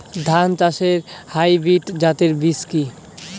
ধান চাষের হাইব্রিড জাতের বীজ কি?